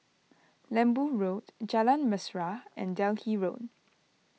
Lembu Road Jalan Mesra and Delhi Road